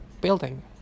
building